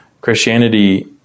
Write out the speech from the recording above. Christianity